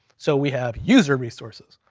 so we have user resources.